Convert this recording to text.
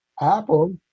Apple